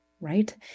right